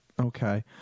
Okay